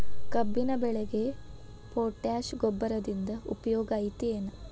ಕಬ್ಬಿನ ಬೆಳೆಗೆ ಪೋಟ್ಯಾಶ ಗೊಬ್ಬರದಿಂದ ಉಪಯೋಗ ಐತಿ ಏನ್?